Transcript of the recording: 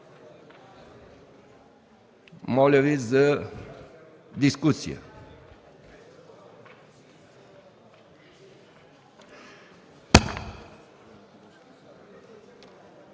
Моля Ви за дискусия.